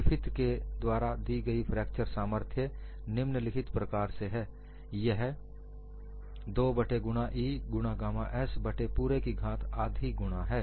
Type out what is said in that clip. Griffith के द्वारा दी गई फ्रैक्चर सामर्थ्य निम्नलिखित प्रकार से है यह 2 बट्टे गुणा E गुणा गामा s बट्टे पूरे की घात आधी गुणा है